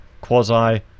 quasi